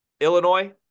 Illinois